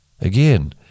Again